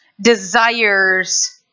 desires